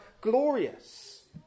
glorious